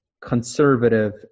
conservative